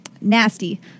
nasty